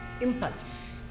impulse